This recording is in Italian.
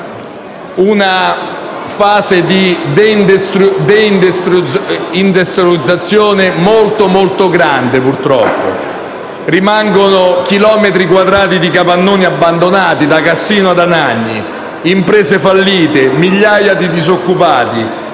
una fase di deindustrializzazione molto grande; rimangono chilometri quadrati di capannoni abbandonati da Cassino ad Anagni, imprese fallite, migliaia di disoccupati,